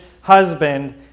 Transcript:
husband